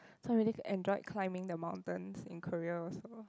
so I really enjoyed climbing the mountains in Korea also